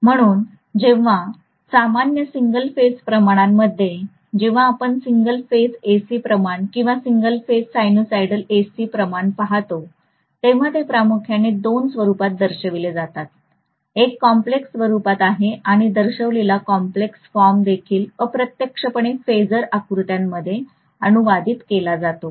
म्हणून जेव्हा सामान्य सिंगल फेज प्रमाणांमध्ये जेव्हा आपण सिंगल फेज एसी प्रमाण किंवा सिंगल फेज साइनोसॉइडल एसी प्रमाण पाहतो तेव्हा ते प्रामुख्याने दोन स्वरूपात दर्शविले जातात एक कॉम्प्लेक्स स्वरुपात आहे आणि दर्शविलेला कॉम्प्लेक्स फॉर्म देखील अप्रत्यक्षपणे फेजर आकृत्यामध्ये अनुवादित केला जातो